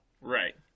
Right